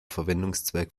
verwendungszweck